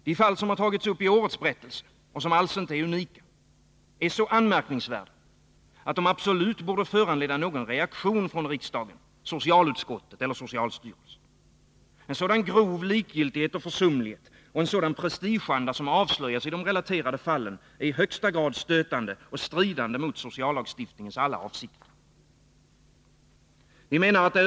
De fall som tagits upp i årets berättelse — och som alls inte är unika — är så anmärkningsvärda att de absolut borde föranleda någon reaktion från riksdagen, socialutskottet eller socialstyrelsen. En så grov likgiltighet och försumlighet och en sådan prestigeanda som avslöjas i de relaterade fallen är i högsta grad stötande och stridande mot sociallagstiftningens alla avsikter.